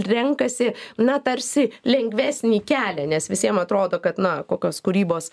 renkasi na tarsi lengvesnį kelią nes visiem atrodo kad na kokios kūrybos